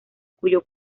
cuyo